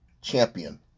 champion